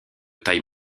taille